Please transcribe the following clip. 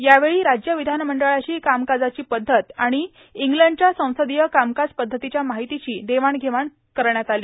यावेळी राज्य विधानमंडळाची कामकाजाची पद्धत आणि इंग्लंडच्या संसदीय कामकाज पद्धतीच्या माहितीची देवाण घेवाण केली गेली